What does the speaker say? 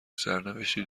سرنوشتی